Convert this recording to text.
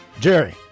Jerry